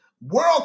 World